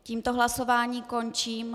Tímto hlasování končím.